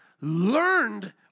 learned